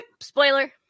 spoiler